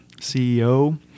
CEO